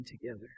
together